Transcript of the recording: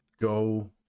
go